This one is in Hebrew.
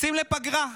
יוצאים לפגרה.